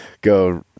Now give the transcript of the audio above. go